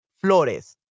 flores